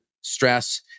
stress